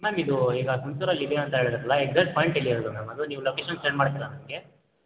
ma'am ಇದು ಈಗ ಹುಣ್ಸೂರಲ್ಲಿ ಇದೆ ಅಂತ ಹೇಳಿದ್ರಲ್ಲ ಎಕ್ಸಾಕ್ಟ್ ಪಾಯಿಂಟ್ ಎಲ್ಲಿ ಹೇಳಿ ಮ್ಯಾಮ್ ಅದು ನೀವು ಲೊಕೇಶನ್ ಸೆಂಡ್ ಮಾಡ್ತಿರಾ ನನಗೆ